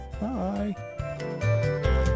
Bye